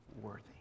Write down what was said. worthy